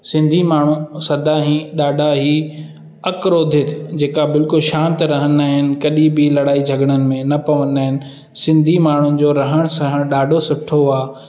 सिंधी माण्हू सदाई ॾाढा ई अक्रोधित जेका बिल्कुलु शांति रहंदा आहिनि कॾहिं बि लड़ाई झगड़नि में न पवंदा आहिनि सिंधी माण्हुनि जो रहन सहन ॾाढो सुठो आहे